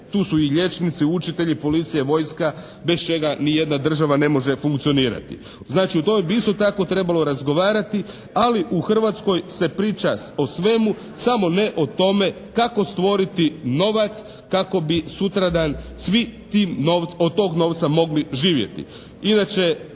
Tu su i liječnici, učitelji, policija, vojska bez čega ni jedna država ne može funkcionirati. Znači, o tome bi isto tako trebalo razgovarati ali u Hrvatskoj se priča o svemu samo ne o tome kako stvoriti novac kako bi sutradan svi od tog novca mogli živjeti.